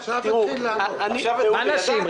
מה נשים?